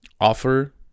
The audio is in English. offer